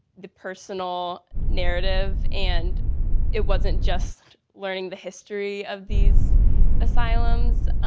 the personal narrative. and it wasn't just learning the history of these asylums,